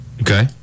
Okay